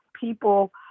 People